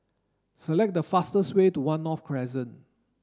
select the fastest way to One North Crescent